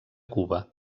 cuba